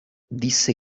disse